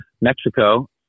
mexico